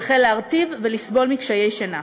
הוא החל להרטיב ולסבול מקשיי שינה.